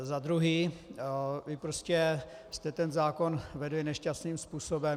Za druhé, prostě jste ten zákon vedli nešťastným způsobem.